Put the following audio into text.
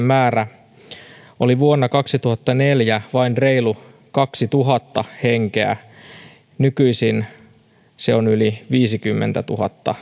määrä oli vuonna kaksituhattaneljä vain reilu kaksituhatta henkeä nykyisin se on yli viisikymmentätuhatta